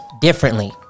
differently